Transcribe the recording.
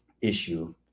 issue